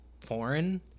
foreign